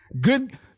good